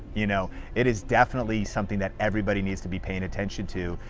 you know it is definitely something that everybody needs to be paying attention to.